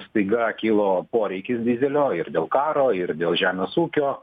staiga kilo poreikis dyzelio ir dėl karo ir dėl žemės ūkio